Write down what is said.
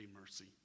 mercy